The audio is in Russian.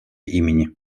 имени